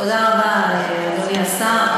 תודה רבה, אדוני השר.